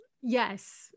yes